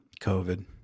COVID